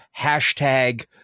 Hashtag